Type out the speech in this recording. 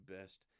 best